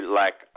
lack